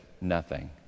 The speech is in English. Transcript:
nothing